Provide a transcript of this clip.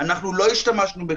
שלא נשמר מידע ללא צורך,